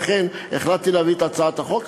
לכן החלטתי להביא את הצעת החוק.